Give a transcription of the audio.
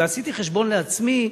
ועשיתי חשבון לעצמי,